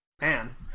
man